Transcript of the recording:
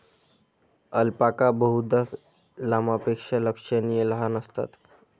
alpaca बहुधा लामापेक्षा लक्षणीय लहान असतात